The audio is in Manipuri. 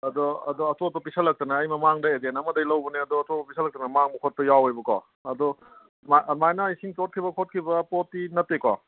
ꯑꯗꯣ ꯑꯆꯣꯠꯄ ꯄꯤꯁꯤꯜꯂꯛꯇꯅ ꯑꯩ ꯃꯃꯥꯡꯗ ꯑꯦꯖꯦꯟ ꯑꯃꯗꯒꯤ ꯂꯧꯕꯅꯦ ꯑꯗꯣ ꯑꯆꯣꯠꯄ ꯄꯤꯁꯤꯜꯂꯛꯇꯅ ꯃꯥꯡꯕ ꯈꯣꯠꯄ ꯌꯥꯎꯌꯦꯕꯀꯣ ꯑꯗꯣ ꯑꯗꯨꯃꯥꯏꯅ ꯏꯁꯤꯡ ꯆꯣꯠꯈꯤꯕ ꯈꯣꯠꯈꯤꯕ ꯄꯣꯠꯇꯤ ꯅꯠꯇꯦꯀꯣ